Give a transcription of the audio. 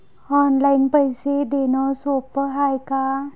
Online पैसे देण सोप हाय का?